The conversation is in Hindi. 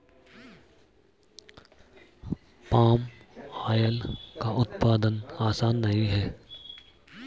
पाम आयल का उत्पादन आसान नहीं है